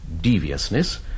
deviousness